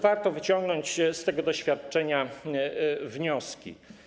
Warto wyciągnąć z tego doświadczenia wnioski.